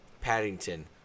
Paddington